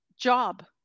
job